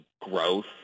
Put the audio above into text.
growth